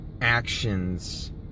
actions